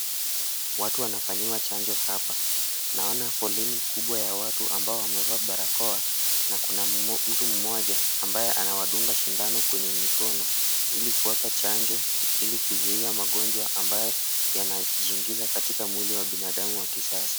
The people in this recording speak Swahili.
Watu wanafanyiwa chanjo hapa. Naona foleni kubwa ya watu ambao wamevaa barakoa na kuna mtu moja ambaye anawadunga sindano kwenye mikono, ili kuwapa chanjo, ili kuzuia magonjwa ambayo yanajiingiza kwa mwili wa binadamu wa kisasa.